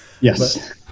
yes